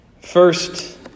First